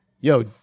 yo